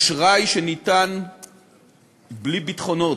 אשראי שניתן בלי ביטחונות,